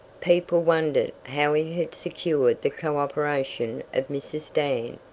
people wondered how he had secured the cooperation of mrs. dan,